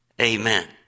Amen